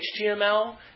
HTML